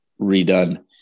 redone